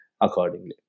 accordingly